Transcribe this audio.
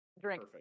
drink